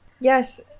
Yes